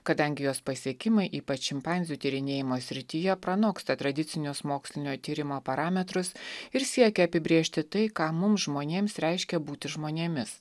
kadangi jos pasiekimai ypač šimpanzių tyrinėjimo srityje pranoksta tradicinius mokslinio tyrimo parametrus ir siekia apibrėžti tai ką mums žmonėms reiškia būti žmonėmis